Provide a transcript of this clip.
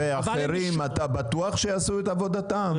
ואחרים, אתה בטוח שיעשו את עבודתם?